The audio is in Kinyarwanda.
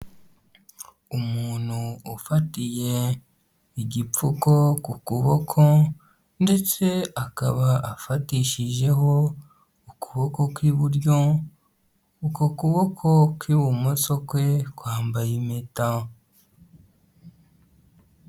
Umuntu ufatiye igipfuko ku kuboko ndetse akaba afatishijeho ukuboko kw'iburyo, uko kuboko kw'ibumoso kwe kwambaye impeta.